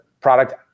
product